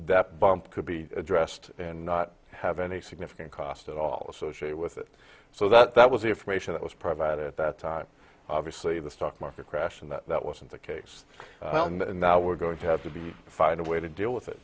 that bump could be addressed and not have any significant cost at all associated with it so that that was the information that was provided at that time obviously the stock market crashed and that wasn't the case and now we're going to have to be find a way to deal with it